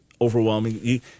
overwhelming